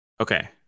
Okay